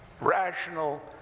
rational